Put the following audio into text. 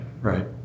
right